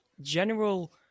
general